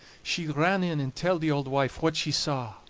she ran in and telled the auld wife what she saw.